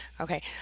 Okay